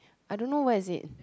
I don't know where is it